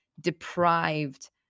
deprived